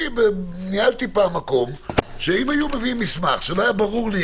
אני ניהלתי פעם מקום שאם היו מביאים מסמך שלא היה ברור לי,